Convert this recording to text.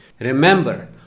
Remember